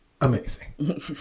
amazing